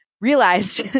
realized